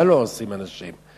מה לא עושים אנשים?